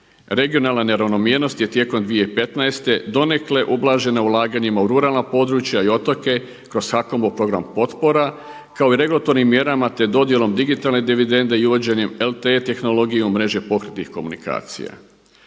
Regionalna neravnomjernost je tijekom 2015. donekle ublažena ulaganjima u ruralna područja i otoke kroz HAKOM-ov program potpora kao i regulatornim mjerama, te dodjelom digitalne dividende i uvođenje LTE tehnologije u mreže pokretnih komunikacija.